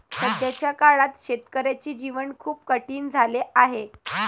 सध्याच्या काळात शेतकऱ्याचे जीवन खूप कठीण झाले आहे